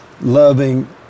loving